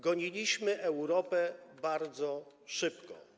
Goniliśmy Europę bardzo szybko.